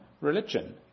religion